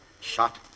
Shot